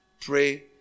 pray